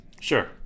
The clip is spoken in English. Sure